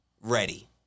ready